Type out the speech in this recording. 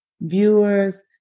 viewers